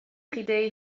idee